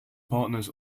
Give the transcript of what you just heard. partners